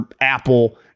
Apple